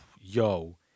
yo